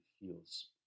feels